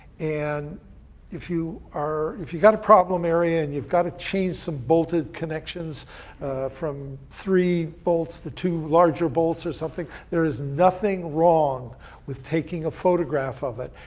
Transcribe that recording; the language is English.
and if you are, if you got a problem area, and you've gotta change some bolted connections from three bolts to two larger bolts or something, there is nothing wrong with taking a photograph of it,